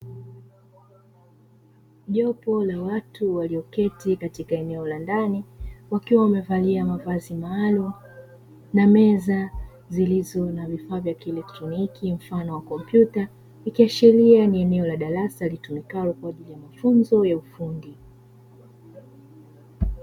Jopo la watu walioketi katika eneo la ndani wakiwa wamevalia mavazi maalum na meza zilizo na vifaa vya kielektroniki, mfano wa kompyuta, ikiashiria ni eneo la darasa litumikayo kwa ajili ya mafunzo ya ufundi.